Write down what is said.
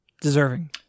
deserving